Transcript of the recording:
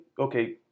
okay